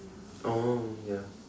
oh ya